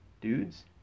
dudes